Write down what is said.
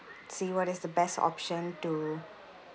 see what is the best option to